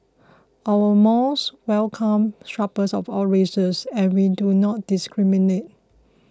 our malls welcome shoppers of all races and we do not discriminate